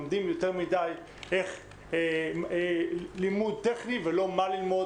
לומדים יותר מדי לימוד טכני ולא מה ללמוד